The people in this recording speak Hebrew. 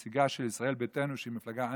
הנציגה של ישראל ביתנו, שהיא מפלגה אנטי-דתית.